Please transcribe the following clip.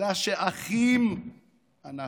אלא שאחים אנחנו,